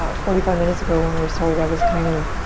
ah forty five minutes ago when we started i was kind of,